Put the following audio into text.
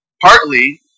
Partly